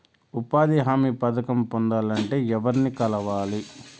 ఉపాధి హామీ పథకం పొందాలంటే ఎవర్ని కలవాలి?